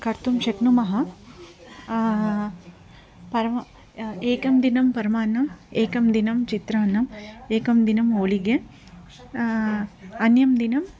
कर्तुं शक्नुमः परम् एकं दिनं परमान्नम् एकं दिनं चित्रान्नम् एकं दिनं होळिगे अन्यं दिनं